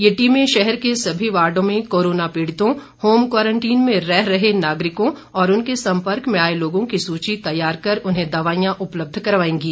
ये टीमें शहर के सभी वार्डो में कोरोना पीड़ितों होम क्वारंटीन में रह रहे नागरिकों और उनके सम्पर्क में आए लोगों की सूची तैयार कर उन्हें दवाईयां उपलब्ध करवाएंगी